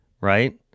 Right